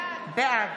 בעד